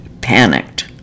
panicked